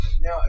Now